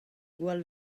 gwall